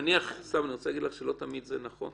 תמי, אני רוצה להגיד לך שלא תמיד זה נכון.